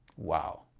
wow